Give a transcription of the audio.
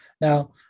Now